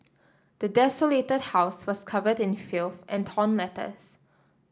the desolated house was covered in filth and torn letters